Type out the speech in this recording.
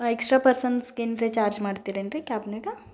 extra ಪರ್ಸನ್ಸ್ಗೇನ್ರೆ charge ಮಾಡ್ತಿರೇನ್ರಿ ಕ್ಯಾಬ್ನಾಗ